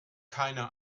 keine